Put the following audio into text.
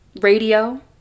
radio